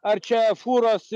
ar čia fūros